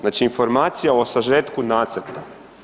Znači informacija o sažetku nacrta.